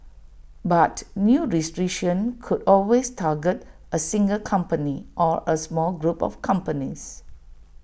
but new restrictions could always target A single company or A small group of companies